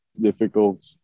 difficult